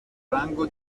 rango